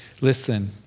Listen